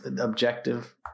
objective